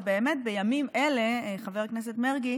ובאמת, בימים אלה, חבר הכנסת מרגי,